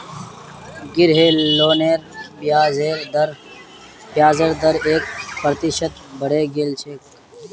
गृह लोनेर ब्याजेर दर एक प्रतिशत बढ़े गेल छेक